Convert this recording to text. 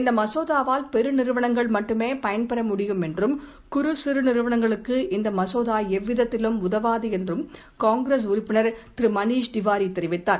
இந்த மசோதாவால் பெரு நிறுவனங்கள் மட்டுமே பயன் பெற முடியும் என்றும் குறு சிறு நிறுவனங்களுக்கு இந்த மசோதா எவ்விதத்திலும் உதவாது என்றும் காங்கிரஸ் உறுப்பினர் திரு மனிஷ் திவாரி தெரிவித்தார்